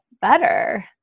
better